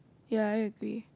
ya I agree